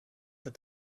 that